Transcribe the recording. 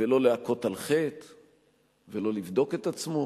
ולא להכות על חטא ולא לבדוק את עצמו,